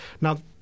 Now